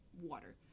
water